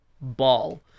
Ball